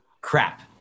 crap